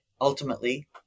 ultimately